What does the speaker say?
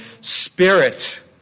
Spirit